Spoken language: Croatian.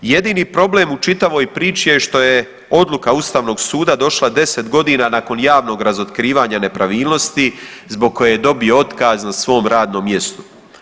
Jedini problem u čitavoj priči je što je odluka ustavnog suda došla deset godina nakon javnog razotkrivanja nepravilnosti zbog koje je dobio otkaz na svom radnom mjestu.